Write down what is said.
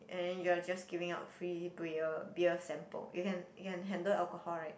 and then you are just giving out free beer beer samples you can you can handle alcohol [right]